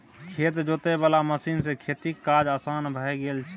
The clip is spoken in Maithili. खेत जोते वाला मशीन सँ खेतीक काज असान भए गेल छै